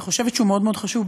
אני חושבת שהוא מאוד מאוד חשוב,